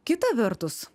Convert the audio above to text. kita vertus